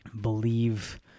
believe